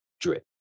Drip